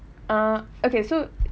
ah okay so